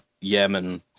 Yemen